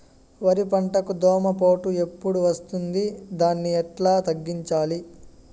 వరి పంటకు దోమపోటు ఎప్పుడు వస్తుంది దాన్ని ఎట్లా తగ్గించాలి?